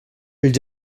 els